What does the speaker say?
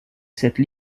cette